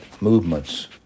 movements